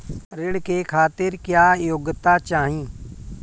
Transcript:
ऋण के खातिर क्या योग्यता चाहीं?